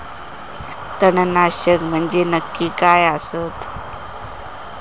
तणनाशक म्हंजे नक्की काय असता?